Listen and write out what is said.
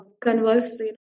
converse